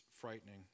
frightening